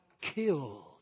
killed